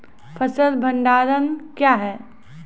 फसल भंडारण क्या हैं?